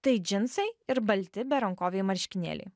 tai džinsai ir balti berankoviai marškinėliai